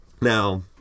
Now